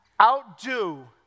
Outdo